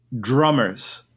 drummers